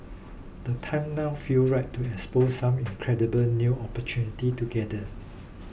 the time now feel right to explore some incredible new opportunities together